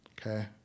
okay